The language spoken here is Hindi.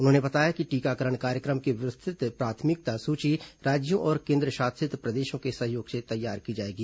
उन्होंने बताया कि टीकाकरण कार्यक्रम की विस्तृत प्राथमिकता सूची राज्यों और केन्द्रशासित प्रदेशों के सहयोग से तैयार की जायेगी